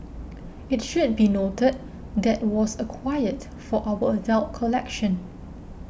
it should be noted that was acquired for our adult collection